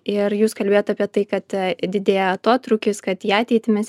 ir jūs kalbėjot apie tai kad didėja atotrūkis kad į ateitį mes